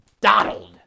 Donald